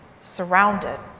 surrounded